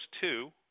two